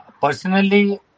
Personally